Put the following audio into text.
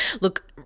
Look